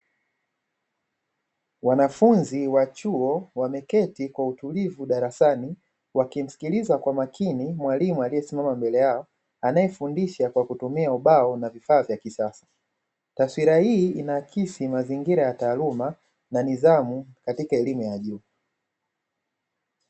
Wanafunzi wa chuo wameketi kwa utulivu darasani, wakimsikiliza kwa makini mwalimu aliyesimama mbele yao anaefundisha kwa kutumia ubao na vifaa vya kisasa, taswira hii inahakisi mazingira ya taaluma na nidhamu katika elimu ya juu.